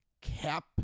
cap